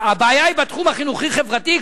הבעיה היא בתחום החינוכי-חברתי?